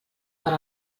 per